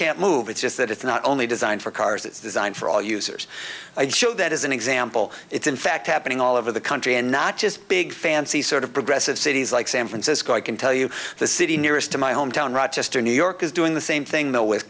can't move it's just that it's not only designed for cars it's designed for all users show that as an example it's in fact happening all over the country and not just big fancy sort of progressive cities like san francisco i can tell you the city nearest to my hometown rochester new york is doing the same thing though with